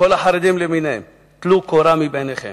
לכל החרדים למיניהם: טלו קורה מבין עיניכם,